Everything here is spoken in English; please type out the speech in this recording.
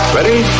Ready